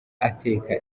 ateka